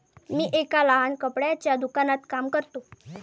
मी एका लहान कपड्याच्या दुकानात काम करतो